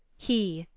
he,